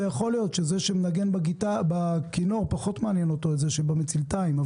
ויכול להיות שזה שמנגן בכינור פחות מעניין אותו מי שמנגנן במצלתיים.